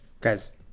guys